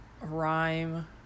rhyme